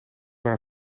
waar